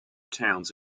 towns